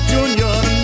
Junior